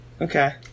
Okay